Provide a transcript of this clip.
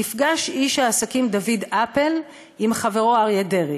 נפגש איש העסקים דוד אפל עם חברו אריה דרעי.